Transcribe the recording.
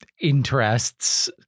interests